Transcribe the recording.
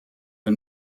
the